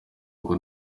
ngo